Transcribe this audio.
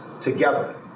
together